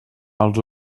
els